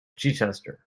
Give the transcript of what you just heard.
chichester